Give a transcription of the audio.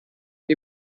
ihr